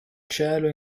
cielo